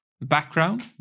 background